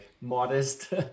modest